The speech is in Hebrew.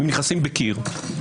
ונכנסים בקיר.